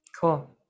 cool